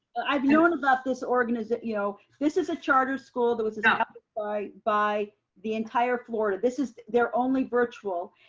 i've known about this organization. you know this is a charter school that was designed ah by by the entire florida. this is their only virtual.